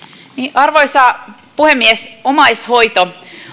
arvoisa puhemies omaishoito